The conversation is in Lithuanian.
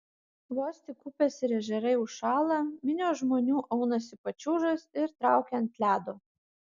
vos tik upės ir ežerai užšąla minios žmonių aunasi pačiūžas ir traukia ant ledo